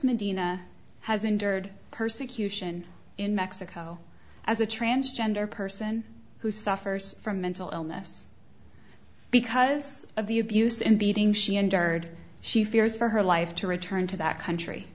medina has entered persecution in mexico as a transgender person who suffers from mental illness because of the abuse and beating she endured she fears for her life to return to that country